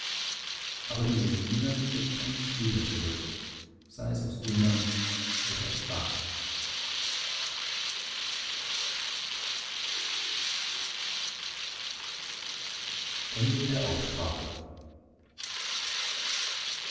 aber in seldwyla ließ er nicht einen stüber zurück sei es aus undank oder aus rache